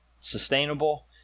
sustainable